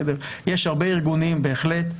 יש הרבה ארגונים בהחלט.